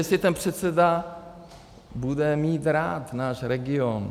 Jestli ten předseda bude mít rád náš region.